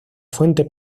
fuente